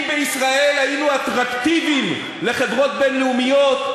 אם בישראל היינו אטרקטיביים לחברות בין-לאומיות,